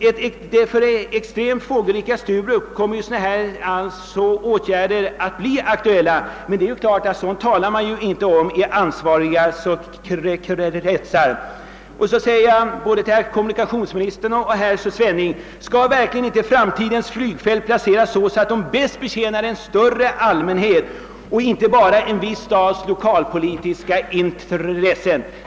För det extremt fågelrika Sturup kommer sådana åtgärder att bli aktuella. Men det är ju klart att sådant talar man inte om i ansvariga kretsar. Vidare ber jag få fråga både kommunikationsministern och herr Svenning: Skall verkligen inte framtidens flygfält placeras så att de bäst betjänar en större allmänhet och inte bara exempelvis en stads lokalpolitiska intressen?